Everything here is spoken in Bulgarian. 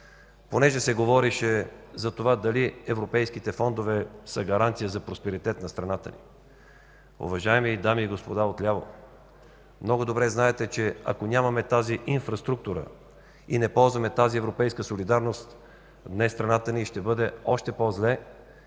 Понеже се говореше за това дали европейските фондове са гаранция за просперитет на страната. Уважаеми дами и господа от ляво, много добре знаете, че ако нямаме тази инфраструктура и не ползваме тази европейска солидарност, днес страната ни щеше бъде още по-зле